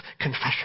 confession